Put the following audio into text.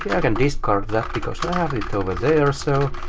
i can discard that, because i have it over there. so